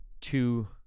two